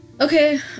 okay